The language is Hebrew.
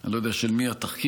אני לא יודע של מי התחקיר.